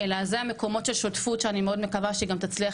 אלא שאלו המקומות של שותפות שאני מאוד מקווה שגם תצליח